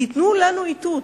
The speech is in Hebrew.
תיתנו לנו איתות,